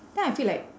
then I feel like